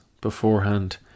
beforehand